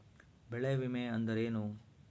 ಬೆಳೆ ವಿಮೆ ಅಂದರೇನು?